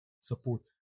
support